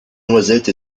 noisettes